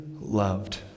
loved